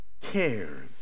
cares